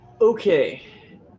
Okay